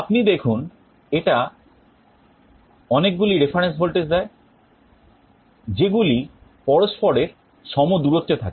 আপনি দেখুন এটা অনেকগুলি রেফারেন্স ভোল্টেজ দেয় যেগুলি পরস্পরের সম দূরত্বে থাকে